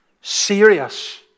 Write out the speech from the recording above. serious